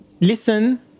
listen